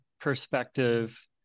perspective